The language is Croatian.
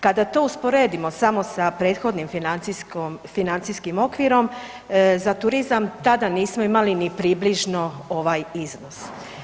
Kada to usporedimo samo sa prethodnim financijskim okvirom za turizam tada nismo imali ni približno ovaj iznos.